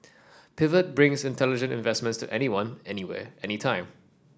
Pivot brings intelligent investments to anyone anywhere anytime